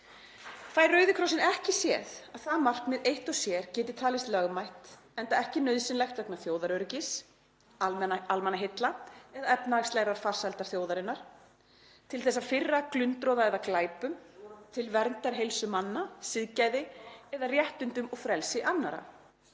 Fær Rauði krossinn ekki séð að það markmið eitt og sér geti talist lögmætt enda ekki nauðsynlegt vegna þjóðaröryggis, almannaheilla eða efnahagslegrar farsældar þjóðarinnar, til þess að firra glundroða eða glæpum, til verndar heilsu manna, siðgæði eða réttindum og frelsi annarra.